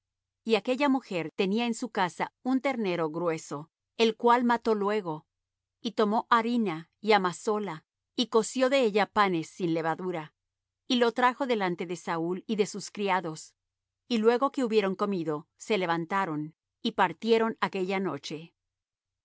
y aquella mujer tenía en su casa un ternero grueso el cual mató luego y tomó harina y amasóla y coció de ella panes sin levadura y lo trajo delante de saúl y de sus criados y luego que hubieron comido se levantaron y partieron aquella noche